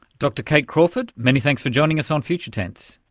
dr kate crawford, many thanks for joining us on future tense.